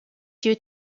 due